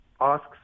asks